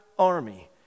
army